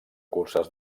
curses